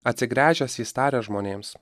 atsigręžęs jis tarė žmonėms